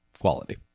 quality